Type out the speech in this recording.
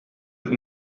het